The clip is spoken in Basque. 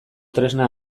tresna